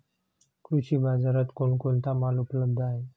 कृषी बाजारात कोण कोणता माल उपलब्ध आहे?